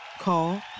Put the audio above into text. Call